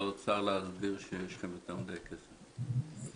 --- לאוצר להסביר שיש יותר מדי כסף.